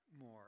more